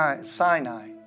Sinai